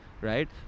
right